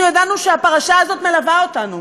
אנחנו ידענו שהפרשה הזאת מלווה אותנו,